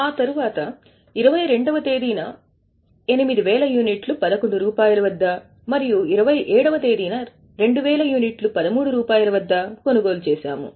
ఆ తరువాత 22 వ తేదీన మరియు 8000 యూనిట్లు 11 రూపాయలు వద్ద మరియు 27 వ తేదీన 2000 యూనిట్లు 13 రూపాయలు వద్ద కొనుగోలు చేసాము